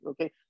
okay